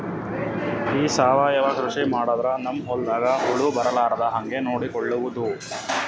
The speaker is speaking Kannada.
ಈ ಸಾವಯವ ಕೃಷಿ ಮಾಡದ್ರ ನಮ್ ಹೊಲ್ದಾಗ ಹುಳ ಬರಲಾರದ ಹಂಗ್ ನೋಡಿಕೊಳ್ಳುವುದ?